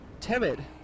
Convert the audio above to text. timid